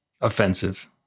offensive